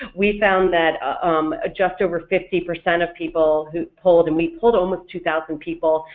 we found that um just over fifty percent of people who polled, and we polled almost two thousand people,